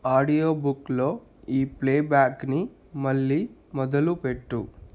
audio బుక్లో ఈ ప్లేబ్యాక్ని మళ్ళీ మొదలు పెట్టు